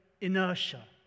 inertia